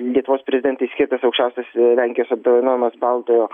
lietuvos prezidentei skirtas aukščiausias lenkijos apdovanojimas baltojo